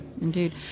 indeed